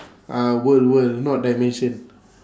ah world world not dimension